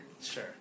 Sure